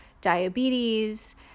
diabetes